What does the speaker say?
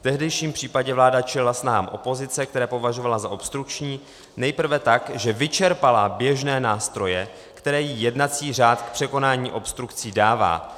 V tehdejším případě vláda čelila snahám opozice, které považovala za obstrukční, nejprve tak, že vyčerpala běžné nástroje, které jí jednací řád k překonání obstrukcí dává.